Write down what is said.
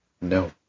No